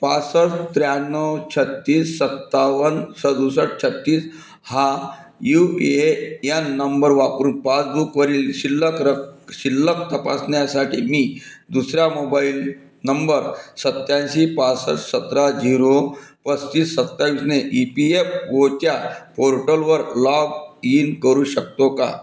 पासष्ट त्र्याण्णव छत्तीस सत्तावन्न सदुसष्ट छत्तीस हा यू ये यन नंबर वापरून पासबुकवरील शिल्लक रक् शिल्लक तपासण्यासाठी मी दुसर्या मोबाईल नंबर सत्याऐंशी पासष्ट सतरा झिरो पस्तीस सत्तावीसने ई पी एफ ओच्या पोर्टलवर लॉग इन करू शकतो का